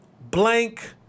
blank